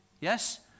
Yes